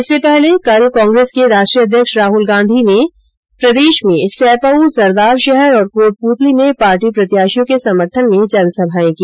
इससे पहले कल कांग्रेस के राष्ट्रीय अध्यक्ष राहुल गांधी ने प्रदेश में सैपऊ सरदारशहर और कोटपूतली में पार्टी प्रत्याशियों के समर्थन में जनसभाएं की